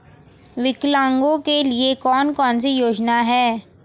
विकलांगों के लिए कौन कौनसी योजना है?